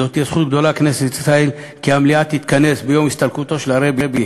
זאת תהיה זכות גדולה לכנסת ישראל שהמליאה תתכנס ביום הסתלקותו של הרבי,